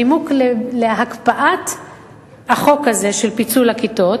הנימוק להקפאת החוק הזה של פיצול הכיתות